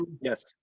Yes